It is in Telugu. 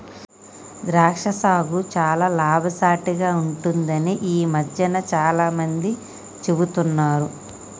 ద్రాక్ష సాగు చాల లాభసాటిగ ఉంటుందని ఈ మధ్యన చాల మంది చెపుతున్నారు